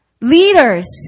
Leaders